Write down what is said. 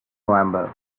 november